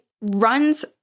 runs